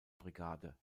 brigade